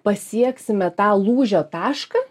pasieksime tą lūžio tašką